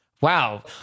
Wow